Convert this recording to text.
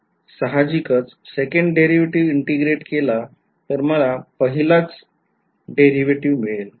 सहाजिकच second derivative integrate केला तर मला पहिला डेरीवेटीव्ह मिळेल